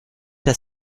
das